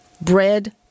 bread